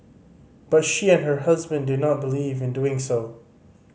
but she and her husband do not believe in doing so